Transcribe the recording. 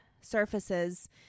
surfaces